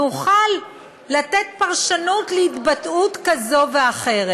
נוכל לתת פרשנות להתבטאות כזאת או אחרת.